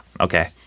okay